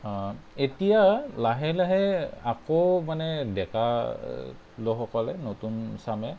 এতিয়া লাহে লাহে আকৌ মানে ডেকা লোকসকলে নতুন চামে